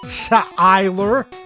tyler